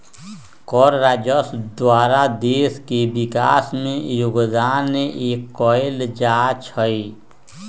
कर राजस्व द्वारा देश के विकास में जोगदान कएल जाइ छइ